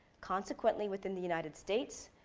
consequently within the united states,